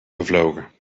gevlogen